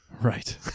right